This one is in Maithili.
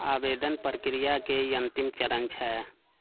आवेदन प्रक्रियाके ई अंतिम चरण छै